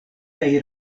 kaj